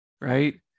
right